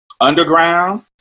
Underground